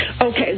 Okay